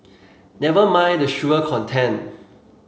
never mind the sugar content